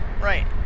right